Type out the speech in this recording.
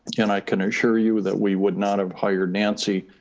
and i can assure you that we would not have hired nancy,